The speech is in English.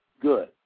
good